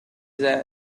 that